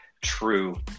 true